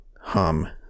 hum